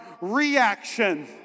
reaction